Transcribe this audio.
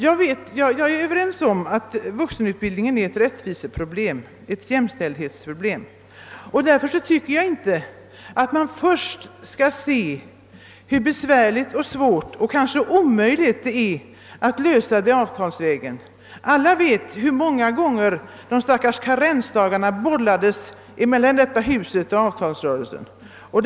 Jag håller med om att vuxenutbildningen är ett rättviseproblem, ett jämlikhetsproblem. Därför tycker jag inte att man först skall undersöka hur besvärligt och svårt, kanske t.o.m. omöjligt det är att lösa det avtalsvägen. Alla här vet väl hur många gånger de stackars karensdagarna bollades mellan riksdagen och arbetsmarknadens parter.